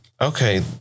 Okay